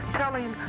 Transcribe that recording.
telling